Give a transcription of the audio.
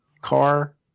car